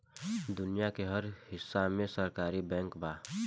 दुनिया के हर हिस्सा में सहकारी बैंक बा